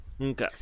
okay